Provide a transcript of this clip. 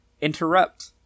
interrupt